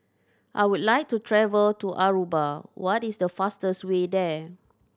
I would like to travel to Aruba what is the fastest way there